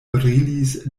brilis